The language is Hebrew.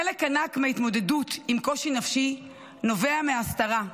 חלק ענק מהתמודדות עם קושי נפשי נובע מהסתרה,